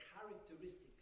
characteristics